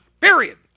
period